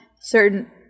certain